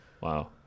wow